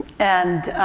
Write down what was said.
and,